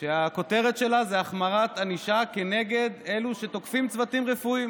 שהכותרת שלה היא החמרת הענישה כנגד אלו שתוקפים צוותים רפואיים,